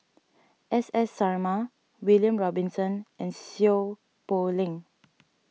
S S Sarma William Robinson and Seow Poh Leng